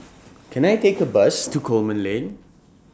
Can I Take A Bus to Coleman Lane